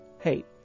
hey